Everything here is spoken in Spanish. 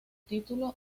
título